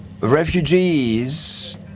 refugees